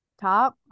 top